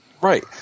Right